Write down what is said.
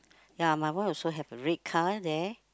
ya my one also have the red car there